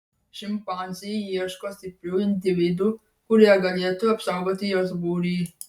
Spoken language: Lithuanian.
šimpanzė ieško stiprių individų kurie galėtų apsaugoti jos būrį